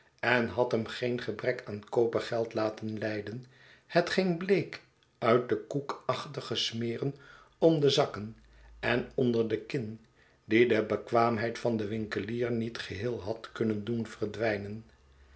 en had hem geen gebrek aan kopergeld laten lijden hetgeen bleek uit de koekachtige smeren om de zakken en onder de kin die de bekwaamheid van den winkelier niet geheel had kunnen doen verdwijnen